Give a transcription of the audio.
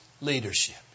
leadership